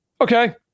Okay